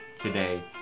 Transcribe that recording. today